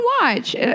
watch